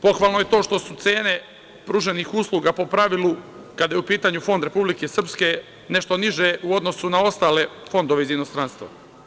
Pohvalno je i to što su cene pruženih usluga po pravilu, kada je u pitanju fond Republike Srpske nešto niže u odnosu na ostale fondove iz inostranstva.